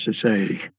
Society